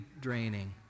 draining